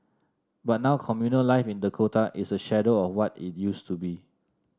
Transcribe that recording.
but now communal life in Dakota is a shadow of what it used to be